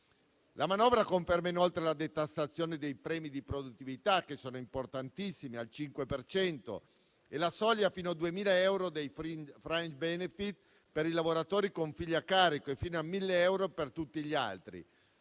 La manovra conferma inoltre la detassazione dei premi di produttività al 5 per cento, che sono importantissimi, e la soglia fino a 2.000 euro dei *fringe benefit* per i lavoratori con figli a carico e fino a 1.000 euro per tutti gli altri: